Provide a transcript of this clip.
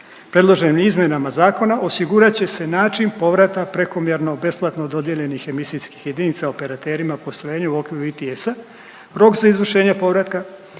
Predloženim izmjenama zakona osigurat će se način povrata prekomjerno besplatno dodijeljenih emisijskih jedinica operaterima postrojenja u okviru ITS-a. Rok za izvršenje povratka,